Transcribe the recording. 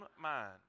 mind